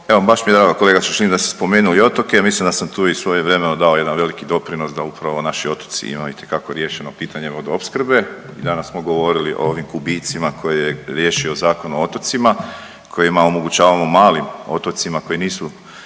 Evo baš mi je drago kolega Šašlin da ste spomenuli otoke. Ja mislim da sam tu i svojevremeno dao jedan veliki doprinos da upravo naši otoci imaju itekako riješeno pitanje vodoopskrbe. I danas smo govorili o ovim kubicima koje je riješio Zakon o otocima kojima omogućavamo malim otocima koji nisu,